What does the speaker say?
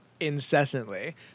incessantly